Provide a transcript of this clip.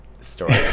story